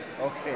Okay